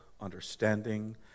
understanding